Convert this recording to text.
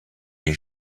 les